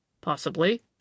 Possibly